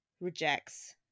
rejects